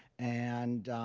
and,